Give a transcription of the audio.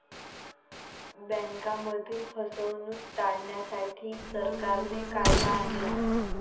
बँकांमधील फसवणूक टाळण्यासाठी, सरकारने कायदा आणला